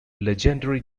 legendary